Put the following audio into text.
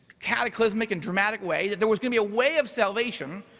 cataclysmic and dramatic way. that there was gonna be a way of salvation.